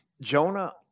Jonah